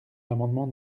l’amendement